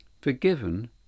Forgiven